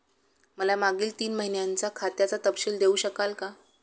मला मागील तीन महिन्यांचा खात्याचा तपशील देऊ शकाल का?